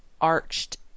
arched